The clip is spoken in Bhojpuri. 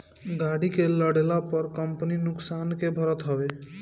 गाड़ी के लड़ला पअ कंपनी नुकसान के भरत हवे